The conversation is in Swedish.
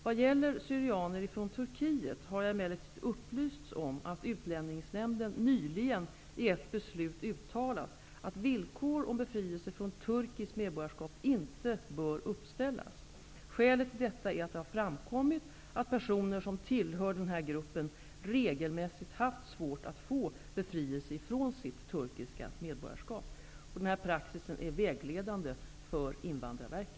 Vad gäller syrianer från Turkiet har jag emellertid upplysts om att Utlänningsnämnden nyligen i ett beslut uttalat, att villkor om befrielse från turkiskt medborgarskap inte bör uppställas. Skälet till detta är att det framkommit, att personer som tillhör den här gruppen regelmässigt haft svårigheter att få befrielse från sitt turkiska medborgarskap. Denna praxis är vägledande för Invandrarverket.